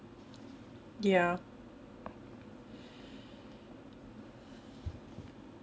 their